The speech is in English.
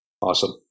awesome